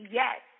yes